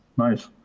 nice.